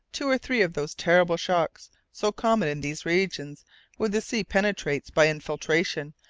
two or three of those terrible shocks, so common in these regions where the sea penetrates by infiltration,